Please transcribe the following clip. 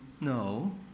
No